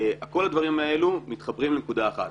כל הדברים האלה מתחברים לנקודה אחת: